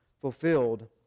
fulfilled